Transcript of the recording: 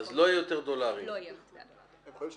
אז לא יהיה יותר תעריף בדולרים.